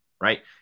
right